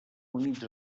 units